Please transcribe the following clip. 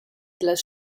dallas